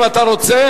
אם אתה רוצה,